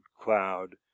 cloud